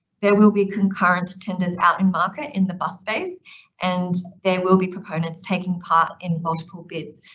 there will be concurrent tenders out in market in the bus space and there will be proponents taking part in multiple bids.